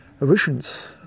visions